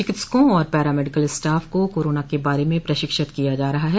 चिकित्सकों और paramedical staff को कोरोना के बारे में प्रशिक्षित किया जा रहा है